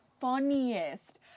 funniest